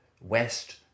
west